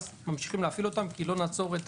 אז ממשיכים להפעיל אותם כי לא נקטין